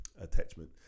attachment